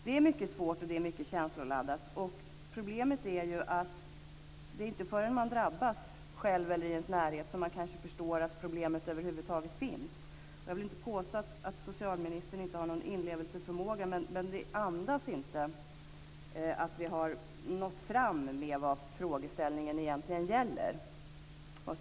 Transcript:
Det är mycket svårt och känsloladdat, och det är kanske inte förrän man själv eller någon i ens närhet drabbas som man förstår att problemet över huvud taget finns. Jag vill inte påstå att socialministern inte har någon inlevelseförmåga, men jag måste säga att svaret inte andas att vi har nått fram till vad frågeställningen egentligen gäller.